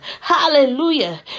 hallelujah